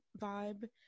vibe